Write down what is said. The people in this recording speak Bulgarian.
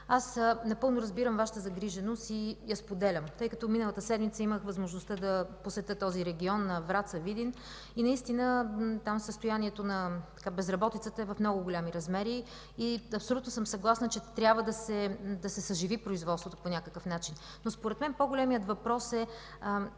аз напълно разбирам Вашата загриженост и я споделям, тъй като миналата седмица имах възможността да посетя този регион на Враца и Видин. Наистина там състоянието на безработицата е в много големи размери. Абсолютно съм съгласна, че трябва да се съживи производството по някакъв начин. Според мен по-големият въпрос е: